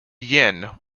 yin